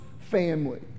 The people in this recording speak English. family